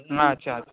না আচ্ছা আচ্ছা